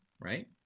right